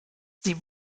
sie